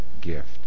gift